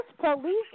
police